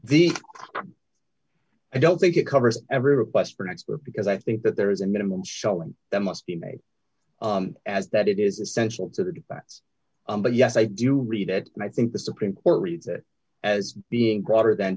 the i don't think it covers every request for an expert because i think that there is a minimum showing that must be made as that it is essential to the defense but yes i do read it and i think the supreme court reads it as being broader than